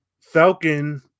Falcon